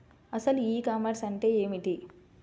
అసలు e commerce అంటే ఏమిటి?